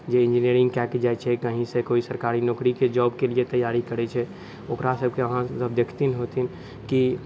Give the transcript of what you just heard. जे इन्जिनियरिङ्ग कऽ कऽ जाइ छै कहीँसँ कोइ सरकारी नौकरीके जॉबके लिए तैआरी करै छै ओकरासबके अहाँ देखिते हेथिन कि